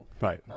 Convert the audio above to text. Right